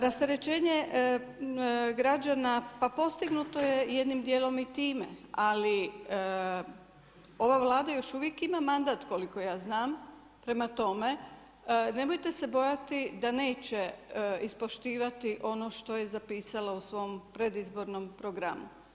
Rasterećenje građana, pa postignuto je jednim dijelom i time, ali ova Vlada još uvijek ima mandat koliko ja znam, prema tome, nemojte se bojati da neće ispoštivati ono što je zapisala u svom predizbornom programu.